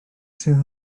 sydd